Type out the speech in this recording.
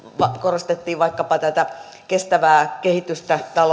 korostettiin vaikkapa tätä kestävää kehitystä